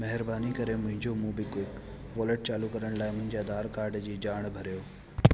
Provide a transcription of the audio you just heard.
महिरबानी करे मुंहिंजो मोबीक्विक वॉलेट चालू करण लाइ मुंहिंजे आधार काड जी ॼाण भरियो